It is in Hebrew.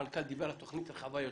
המנכ"ל דיבר על תוכנית רחבה יותר.